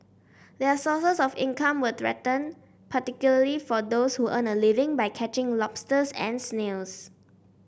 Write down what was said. their sources of income were threatened particularly for those who earn a living by catching lobsters and snails